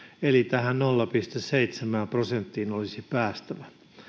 eli tähän nolla pilkku seitsemään prosenttiin olisi päästävä